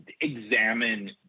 examine